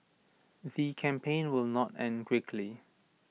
the campaign will not end quickly